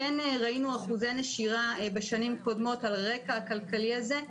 ראינו אחוזי נשירה בשנים קודמות על הרקע הכלכלי הזה.